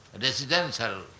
residential